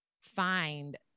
find